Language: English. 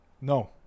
No